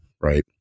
right